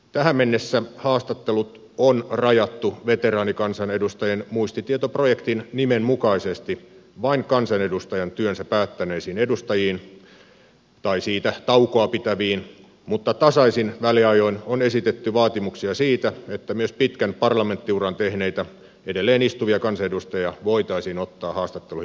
tähän mennessä haastattelut on rajattu veteraanikansanedustajien muistitietoprojektin nimen mukaisesti vain kansanedustajan työnsä päättäneisiin edustajiin tai siitä taukoa pitäviin mutta tasaisin väliajoin on esitetty vaatimuksia siitä että myös pitkän parlamenttiuran tehneitä edelleen istuvia kansanedustajia voitaisiin ottaa haastatteluihin mukaan